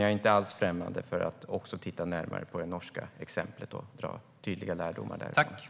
Jag är inte alls främmande för att också titta närmare på det norska exemplet och dra tydliga lärdomar därifrån.